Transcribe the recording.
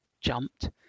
jumped